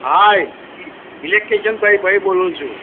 હાય electrician ભાઈ ભાઈ બોલું છું